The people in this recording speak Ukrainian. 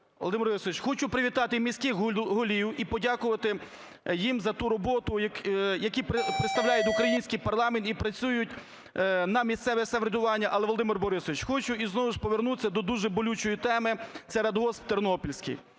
Володимир Борисович, хочу привітати і міських голів і подякувати їм за ту роботу, які представляють український парламент і працюють на місцеве самоврядування. Але, Володимир Борисович, хочу і знову ж повернутися до дуже болючої теми - це радгосп "Тернопільський".